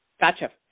Gotcha